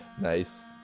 Nice